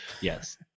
Yes